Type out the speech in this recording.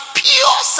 pure